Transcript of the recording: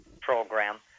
program